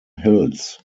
hills